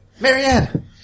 Marianne